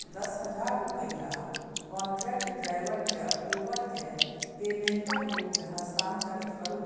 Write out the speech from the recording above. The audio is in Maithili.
दस हजार रुपैआ कॉन्ट्रैक्ट ड्राइवरकेँ अक्टूबरके पेमेंटक रूपमे हस्तान्तरित करू